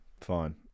Fine